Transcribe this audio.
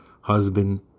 Husband